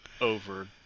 over